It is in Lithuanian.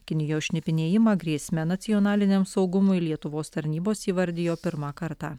kinijos šnipinėjimą grėsme nacionaliniam saugumui lietuvos tarnybos įvardijo pirmą kartą